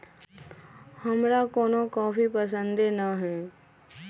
हमरा कोनो कॉफी पसंदे न हए